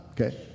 okay